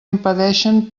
impedeixen